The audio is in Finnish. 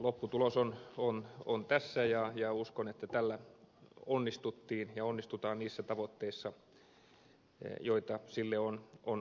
lopputulos on tässä ja uskon että tällä onnistuttiin ja onnistutaan niissä tavoitteissa joita sille on asetettu